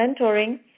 mentoring